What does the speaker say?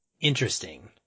interesting